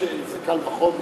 קל וחומר.